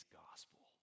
gospel